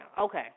Okay